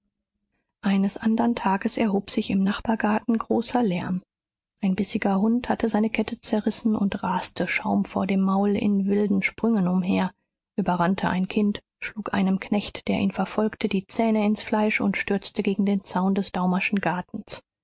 eines andern tages erhob sich im nachbargarten großer lärm ein bissiger hund hatte seine kette zerrissen und raste schaum vor dem maul in wilden sprüngen umher überrannte ein kind schlug einem knecht der ihn verfolgte die zähne ins fleisch und stürzte gegen den zaun des daumerschen gartens